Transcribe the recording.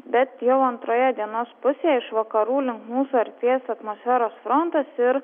bet jau antroje dienos pusėje iš vakarų link mūsų artės atmosferos frontas ir